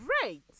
great